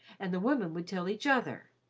and the women would tell each other,